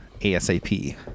ASAP